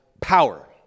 power